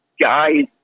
guys